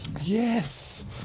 Yes